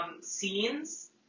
scenes